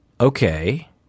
Okay